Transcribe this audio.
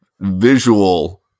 visual